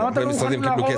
למה אתם לא מוכנים להראות?